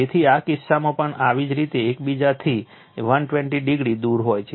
તેથી આ કિસ્સામાં પણ આવી જ રીતે એકબીજાથી 120o દૂર હોય છે